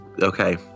okay